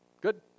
good